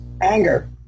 Anger